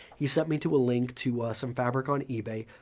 he sent me to a link to some fabric on ebay,